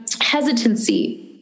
hesitancy